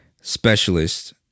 Specialist